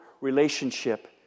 relationship